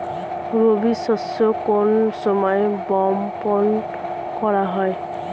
রবি শস্য কোন সময় বপন করা হয়?